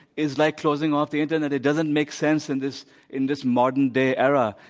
is like closing off the internet. it doesn't make sense in this in this modern day era.